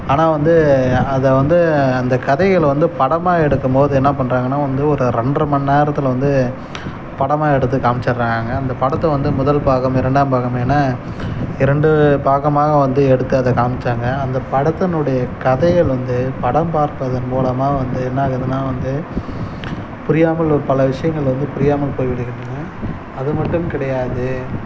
ஆனால் வந்து அதை வந்து அந்த கதைகள் வந்து படமாக எடுக்கும் போது என்ன பண்ணுறாங்கனா வந்து ஒரு ரெண்டரை மணி நேரத்தில் வந்து படமாக எடுத்து காமிச்சிடறாங்க அந்த படத்தை வந்து முதல் பாகம் இரண்டாம் பாகம் என இரண்டு பாகமாக வந்து எடுத்து அதை காமித்தாங்க அந்த படத்தினுடைய கதைகள் வந்து படம் பார்ப்பதன் மூலமாக வந்து என்ன ஆகுதுனா வந்து புரியாமல் பல விஷயங்கள் வந்து புரியாமல் போய் விடுகின்றன அது மட்டும் கிடையாது